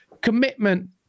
commitment